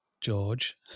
George